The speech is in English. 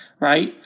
Right